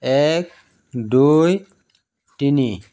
এক দুই তিনি